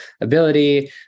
ability